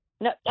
No